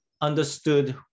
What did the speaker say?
understood